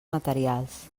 materials